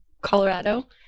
Colorado